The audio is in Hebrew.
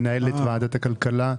מנהלת ועדת הכלכלה.